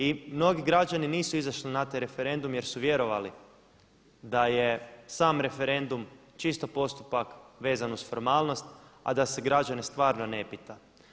I mnogi građani nisu izašli na taj referendum jer su vjerovali da je sam referendum čisto postupak vezan uz formalnost, a da se građane stvarno ne pita.